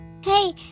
Hey